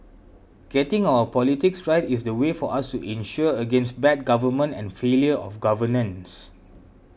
getting our politics right is the way for us to insure against bad government and failure of governance